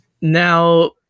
Now